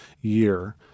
year